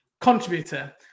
contributor